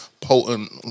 potent